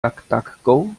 duckduckgo